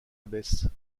abbesses